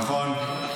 נכון.